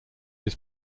his